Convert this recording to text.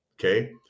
Okay